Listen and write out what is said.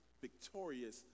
victorious